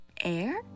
air